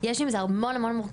יש עם זה המון מורכבויות.